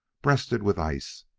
breasted with ice,